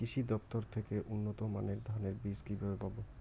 কৃষি দফতর থেকে উন্নত মানের ধানের বীজ কিভাবে পাব?